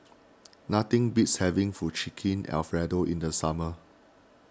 nothing beats having Fettuccine Alfredo in the summer